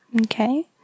okay